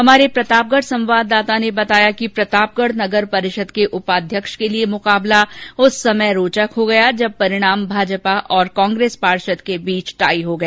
हमारे प्रतापगढ़ संवाददाता ने बताया कि प्रतापगढ़ नगर परिषद के उपाध्यक्ष के लिये मुकाबला इस समय रोचक हो गया जब परिणाम भाजपा और कांग्रेस पार्षद के बीच टाई हो गया